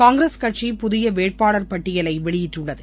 காங்கிரஸ் கட்சியின் புதிய வேட்பாளர் பட்டியலை வெளியிட்டுள்ளது